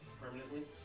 permanently